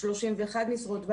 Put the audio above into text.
31 משרות,